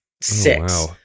six